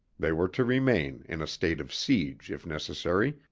they were to remain, in a state of siege, if necessary,